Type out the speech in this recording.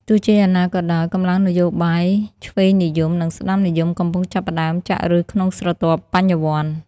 ទោះជាយ៉ាងណាក៏ដោយ កម្លាំងនយោបាយឆ្វេងនិយម និងស្តាំនិយមកំពុងចាប់ផ្តើមចាក់ឫសក្នុងស្រទាប់បញ្ញវន្ត។